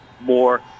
more